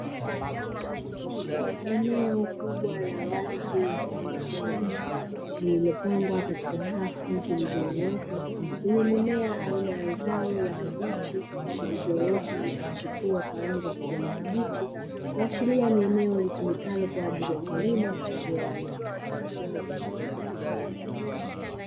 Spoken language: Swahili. Eneo kubwa la wazi mfano wa shamba lililopangwa katika safu zilizonyooka yenye mimea aina ya zao la kabichi zilizoota na kuchipuwa kwa rangi ya kijani kibichi kuashiria ni eneo litumikalo kwa ajili ya kilimo cha viwanda.